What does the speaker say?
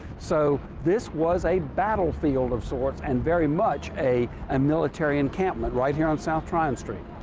so this was a battlefield of sorts and very much a um military encampment right here on south tryon street.